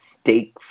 steak